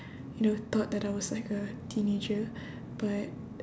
you know thought that I was like a teenager but